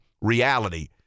reality